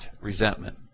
resentment